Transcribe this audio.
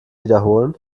wiederholen